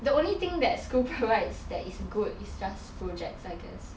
the only thing that school provides that is good is just projects I guess